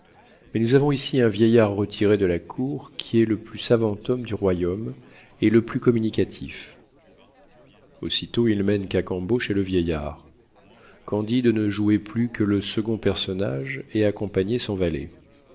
mais nous avons ici un vieillard retiré de la cour qui est le plus savant homme du royaume et le plus communicatif aussitôt il mène cacambo chez le vieillard candide ne jouait plus que le second personnage et accompagnait son valet